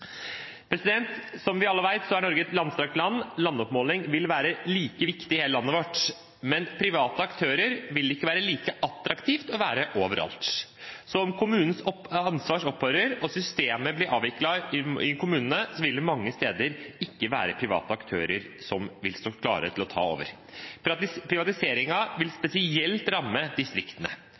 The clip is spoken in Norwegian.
Som vi alle vet, er Norge et langstrakt land. Landoppmåling vil være like viktig i hele landet vårt, men private aktører vil det ikke være like attraktivt å være overalt. Så om kommunenes ansvar opphører og systemet blir avviklet i kommunene, vil det mange steder ikke være private aktører som vil stå klare til å ta over. Privatiseringen vil spesielt ramme distriktene. Mange steder vil